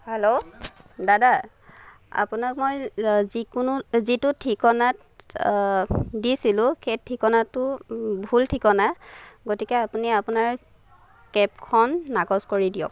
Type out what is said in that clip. hello দাদা আপোনাক মই যিকোনো যিটো ঠিকনাত দিছিলোঁ সেই ঠিকনাটো ভুল ঠিকনা গতিকে আপুনি আপোনাৰ কেবখন নাকচ কৰি দিয়ক